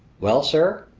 well, sir?